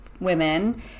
women